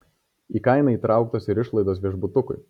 į kainą įtrauktos ir išlaidos viešbutukui